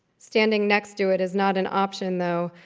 standing next to it is not an option, though.